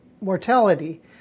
mortality